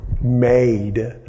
made